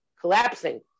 collapsing